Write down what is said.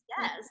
yes